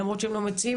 למרות שהם לא מציעים,